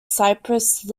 cyprus